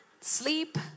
sleep